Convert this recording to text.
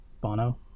Bono